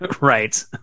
Right